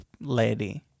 lady